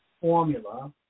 formula